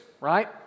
right